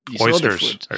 Oysters